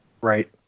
Right